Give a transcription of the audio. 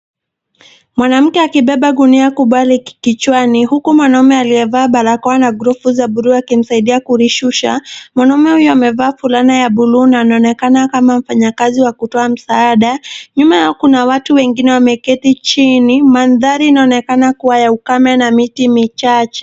Mwanamke akibeba gunia kubwa kichwani huku mwanaume aliyevaa barakoa na glovu za buluu akimsaidia kulishusha. Mwanaume huyo amevaa fulana ya buluu na anaonekana kama mfanyakazi wa kutoa msaada. Nyuma yao kuna watu wengine wameketi chini. Mandhari inaonekana kuwa ya ukame na miti michache.